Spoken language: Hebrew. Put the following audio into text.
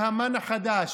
להמן החדש,